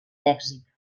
mèxic